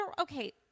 Okay